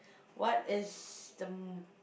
what is the